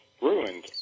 ruined